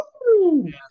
Woo